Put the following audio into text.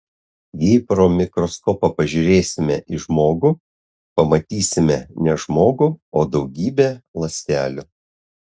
jei pro mikroskopą pažiūrėsime į žmogų pamatysime ne žmogų o daugybę ląstelių